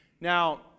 Now